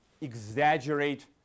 exaggerate